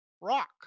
Rock